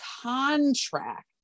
contract